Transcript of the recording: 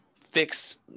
fix